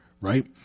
right